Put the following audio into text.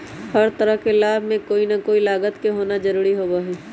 हर तरह के लाभ में कोई ना कोई लागत के होना जरूरी होबा हई